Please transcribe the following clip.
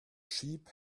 sheep